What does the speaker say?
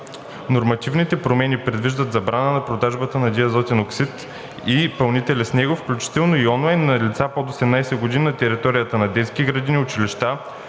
Нормативните промени предвиждат забрана на продажбата на диазотен оксид и пълнители с него, включително и онлайн, на лица под 18 години, на територията на детските градини, училищата,